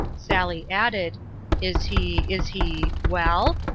sally added is he is he well?